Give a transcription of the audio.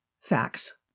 facts